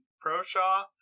pro-Shaw